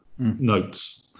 notes